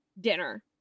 dinner